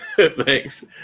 thanks